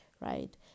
Right